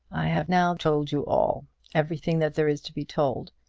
i have now told you all everything that there is to be told,